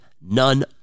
none